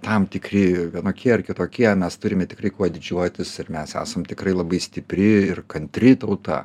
tam tikri vienokie ar kitokie mes turime tikrai kuo didžiuotis ir mes esam tikrai labai stipri ir kantri tauta